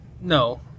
no